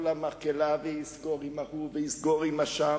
המקהלה ויסגור עם ההוא ויסגור עם שם,